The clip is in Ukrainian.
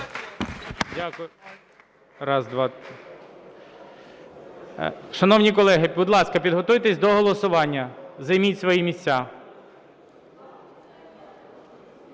Дякую. Шановні колеги, будь ласка, підготуйтесь до голосування, займіть свої місця.